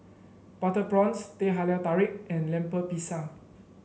Butter Prawns Teh Halia Tarik and Lemper Pisang